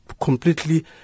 completely